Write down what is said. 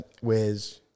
Whereas